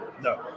No